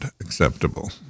acceptable